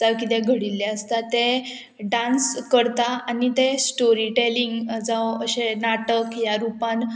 जावं कितें घडिल्लें आसता तें डांस करता आनी तें स्टोरी टॅलिंग जावं अशें नाटक ह्या रुपान